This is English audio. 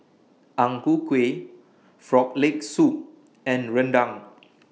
Ang Ku Kueh Frog Leg Soup and Rendang